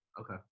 Okay